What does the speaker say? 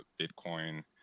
bitcoin